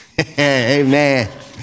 Amen